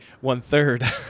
one-third